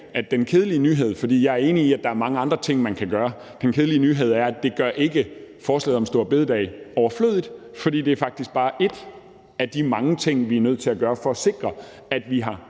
at den kedelige nyhed, for jeg er enig i, at der er mange andre ting, man kan gøre, er, at det ikke gør forslaget om store bededag overflødigt, fordi det faktisk bare er en af de mange ting, vi er nødt til at gøre for at sikre, at vi har